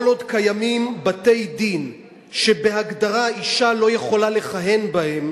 כל עוד קיימים בתי-דין שבהגדרה אשה לא יכולה לכהן בהם